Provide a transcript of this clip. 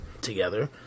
together